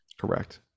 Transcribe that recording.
correct